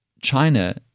China